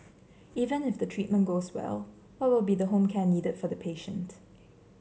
even if the treatment goes well what will be the home care needed for the patient